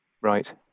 Right